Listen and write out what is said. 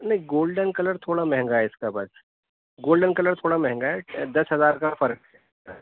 نہیں golden colour تھوڑا مہنگا ہے اس کا بس گولڈن کلر تھوڑا مہنگا ہے دس ہزار کا فرق ہے